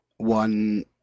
one